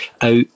out